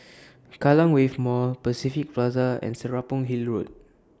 Kallang Wave Mall Pacific Plaza and Serapong Hill Road